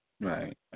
right